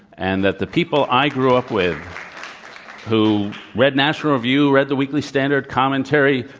and that the people i grew up with who read national review, read the weekly standard commentary,